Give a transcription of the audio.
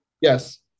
Yes